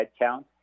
headcount